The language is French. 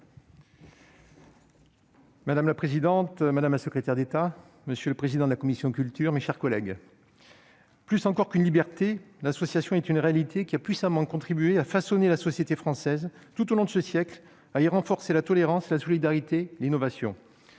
Madame la présidente, madame la secrétaire d'État, mes chers collègues, « plus encore qu'une liberté, l'association est une réalité qui a puissamment contribué à façonner la société française tout au long de ce siècle, à y renforcer la tolérance, la solidarité, l'innovation.